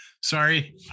sorry